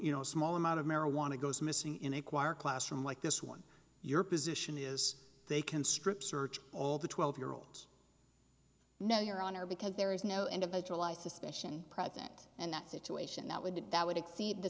you know a small amount of marijuana goes missing in a choir classroom like this one your position is they can strip search all the twelve year olds no your honor because there is no individualized suspicion present and that situation that would that would exceed the